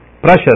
precious